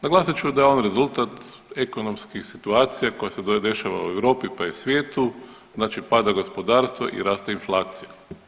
Naglasit ću da je on rezultat ekonomski situacija koja se dešava u Europi pa i svijetu, znači pada gospodarstvo i raste inflacija.